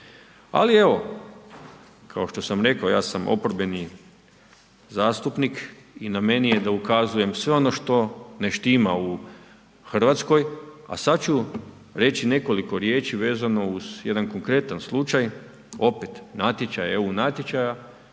Ali evo kao što sam rekao, ja sam oporbeni zastupnik i na meni je da ukazujem na sve ono što ne štima u Hrvatskoj. A sada ću reći nekoliko riječi vezano uz jedan konkretan slučaj, opet eu natječaja